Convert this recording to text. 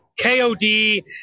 KOD